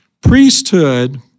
Priesthood